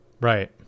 Right